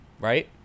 Right